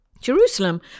Jerusalem